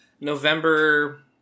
november